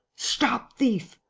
stop thief!